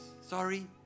Sorry